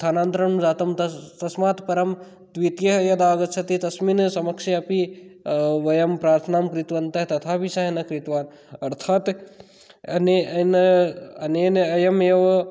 स्थानान्तरं जातं तस्मात् परं द्वितीयः यदा आगच्छति तस्मिन् समक्षे अपि वयं प्रार्थनां कृतवन्तः तथापि सः न कृतवान् अर्थात् अनेन अनेन अयमेव